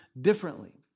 differently